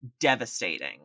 devastating